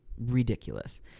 ridiculous